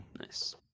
Nice